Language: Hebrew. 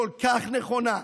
כל כך נכונה,